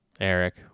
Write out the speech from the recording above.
Eric